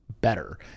better